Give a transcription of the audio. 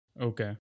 Okay